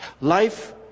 Life